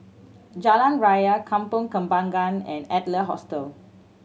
Jalan Ria Kampong Kembangan and Adler Hostel